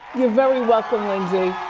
you're very welcome, lindsay.